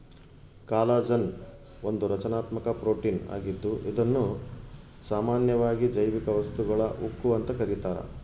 collagen ಒಂದು ರಚನಾತ್ಮಕ protein ಆಗಿದ್ದು ಇದುನ್ನ ಸಾಮಾನ್ಯವಾಗಿ ಜೈವಿಕ ವಸ್ತುಗಳ ಉಕ್ಕು ಅಂತ ಕರೀತಾರ